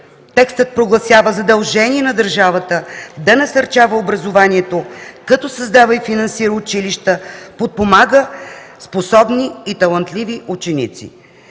текстът прогласява задължение на държавата да насърчава образованието като създава и финансира училища, подпомага способни и талантливи ученици.